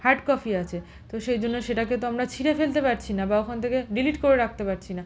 hard copy আছে তো সেই জন্য সেটাকে তো আমরা ছিঁড়ে ফেলতে পারছি না বা ওখান থেকে ডিলিট করে রাখতে পারছি না